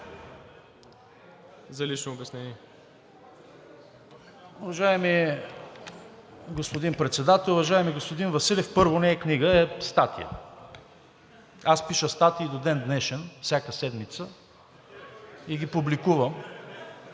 БИКОВ (ГЕРБ-СДС): Уважаеми господин Председател, уважаеми господин Василев! Първо, не е книга, а е статия. Аз пиша статии до ден днешен всяка седмица и ги публикувам.